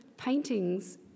Paintings